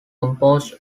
composed